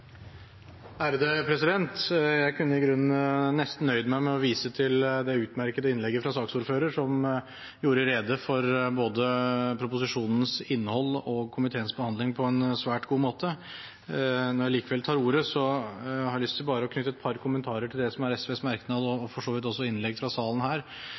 Jeg kunne i grunnen nøyd meg med å vise til det utmerkede innlegget fra saksordføreren, som gjorde rede for både proposisjonens innhold og komiteens behandling på en svært god måte. Når jeg allikevel tar ordet, har jeg lyst til å knytte et par kommentarer til SVs merknad og for så vidt også innlegg her